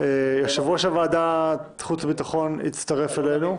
------ יושב-ראש ועדת החוץ והביטחון הצטרף אלינו.